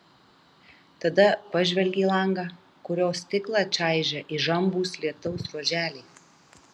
tada pažvelgė į langą kurio stiklą čaižė įžambūs lietaus ruoželiai